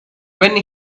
when